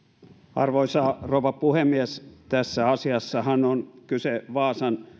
arvoisa rouva puhemies tässä asiassahan on kyse vaasan